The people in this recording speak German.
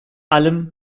allem